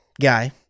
guy